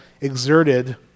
exerted